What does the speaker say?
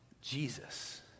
Jesus